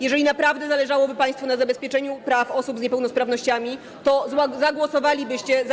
Jeżeli naprawdę zależałoby państwu na zabezpieczeniu praw osób z niepełnosprawnościami, to zagłosowalibyście za